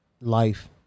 life